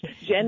Jen